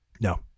No